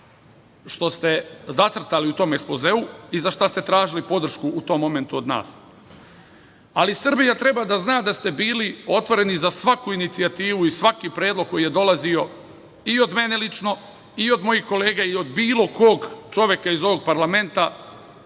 što ste zacrtali u tom ekspozeu i za šta ste tražili podršku u tom momentu od nas. Ali, Srbija treba da zna da ste bili otvoreni za svaku inicijativu i svaki predlog koji je dolazio i od mene lično i od mojih kolega i od bilo kog čoveka iz ovog parlamenta,